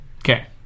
Okay